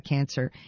Cancer